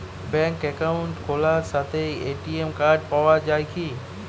ব্যাঙ্কে অ্যাকাউন্ট খোলার সাথেই এ.টি.এম কার্ড পাওয়া যায় কি?